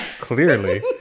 Clearly